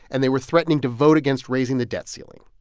and they were threatening to vote against raising the debt ceiling.